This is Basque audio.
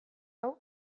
hau